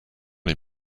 les